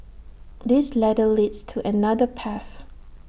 this ladder leads to another path